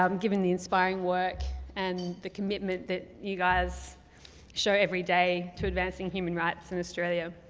um given the inspiring work and the commitment that you guys show every day to advancing human rights in australia.